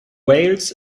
wales